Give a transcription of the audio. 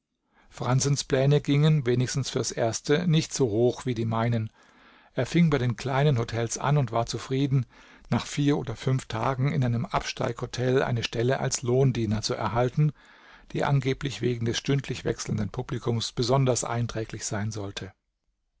franzens pläne gingen wenigstens fürs erste nicht so hoch wie die meinen er fing bei den kleinen hotels an und war zufrieden nach vier oder fünf tagen in einem absteighotel eine stelle als lohndiener zu erhalten die angeblich wegen des stündlich wechselnden publikums besonders einträglich sein sollte